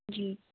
जी